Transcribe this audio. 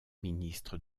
ministre